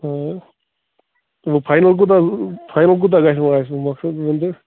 آ وۅنۍ فاینَل کوٗتاہ فاینَل کوٗتاہ گژھِ وۅنۍ اَسہِ مۄخصَر وَن سا